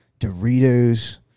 Doritos